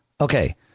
okay